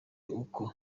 uko